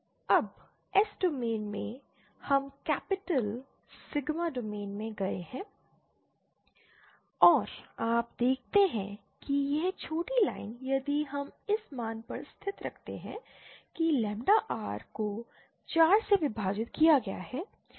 अब S domain से हम कैपिटल सिग्मा डोमेन में गए हैं और आप देखते हैं कि यह छोटी लाइन यदि हम इस मान को स्थिर रखते हैं कि लैम्डा r को 4 से विभाजित किया गया है